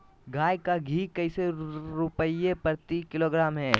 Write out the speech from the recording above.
गाय का घी कैसे रुपए प्रति किलोग्राम है?